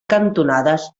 cantonades